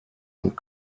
und